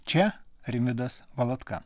čia rimvydas valatka